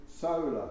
solar